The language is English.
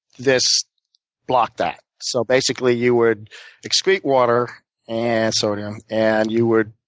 this blocked that. so basically you would excrete water and sodium, and you would